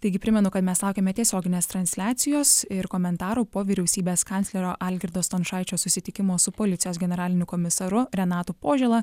taigi primenu kad mes laukiame tiesioginės transliacijos ir komentarų po vyriausybės kanclerio algirdo stončaičio susitikimo su policijos generaliniu komisaru renatu požėla